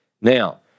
Now